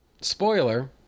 Spoiler